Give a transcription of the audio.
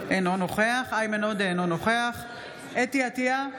אינו נוכח איימן עודה, אינו נוכח חוה אתי עטייה,